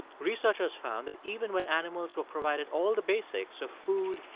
researchers found that even what animals were provided all the basics of food,